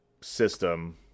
system